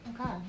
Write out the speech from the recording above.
okay